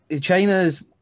China's